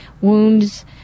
wounds